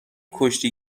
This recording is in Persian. کشتی